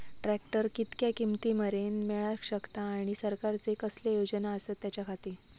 Tractor कितक्या किमती मरेन मेळाक शकता आनी सरकारचे कसले योजना आसत त्याच्याखाती?